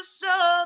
show